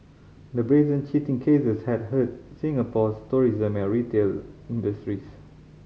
the brazen cheating cases had hurt Singapore's tourism and retail industries